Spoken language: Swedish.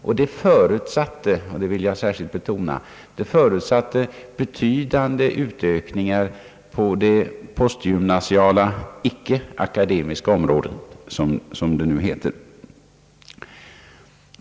Beslutet förutsatte — det vill jag särskilt betona — betydande utökningar på det postgymnasiala ickeakademiska området, som det heter.